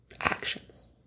actions